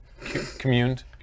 Communed